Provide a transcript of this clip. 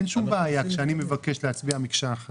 אין שום בעיה כשאני מבקש להצביע מקשה אחת.